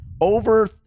over